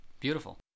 Beautiful